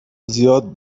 زیاد